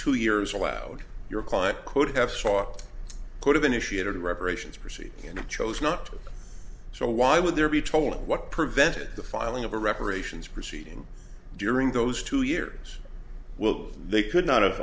two years allowed your client could have sought could have initiated reparations proceed in a chose not to so why would there be tolling what prevented the filing of a reparations proceeding during those two years will they could not have